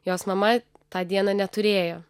jos mama tą dieną neturėjo